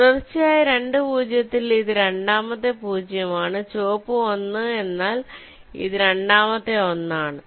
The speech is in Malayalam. തുടർച്ചയായ രണ്ടു 0 ൽ ഇത് രണ്ടാമത്തെ 0 ആണ് ചുവപ്പ് 1 എന്നാൽ ഇത് രണ്ടാമത്തേതാണ് 1